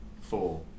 four